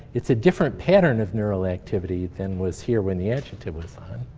it's a different pattern of neural activity than was here when the adjective was on.